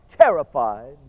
terrified